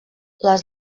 les